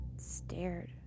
stared